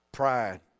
pride